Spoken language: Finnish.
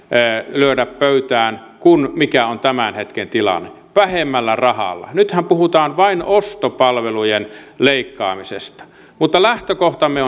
lyödä pöytään kuin mikä on tämän hetken tilanne vähemmällä rahalla nythän puhutaan vain ostopalvelujen leikkaamisesta mutta lähtökohtamme